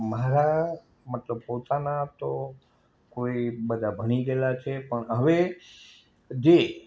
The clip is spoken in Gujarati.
અમારા મારા મતલબ પોતાનાં તો કોઇ બધા ભણી ગયેલા છે પણ હવે જે